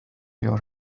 your